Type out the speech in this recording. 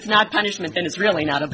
it's not punishment then it's really not a